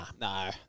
No